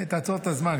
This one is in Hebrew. תעצור את הזמן,